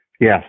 Yes